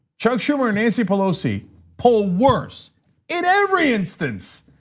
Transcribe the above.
chuck schumer and nancy pelosi poll worse in every instance.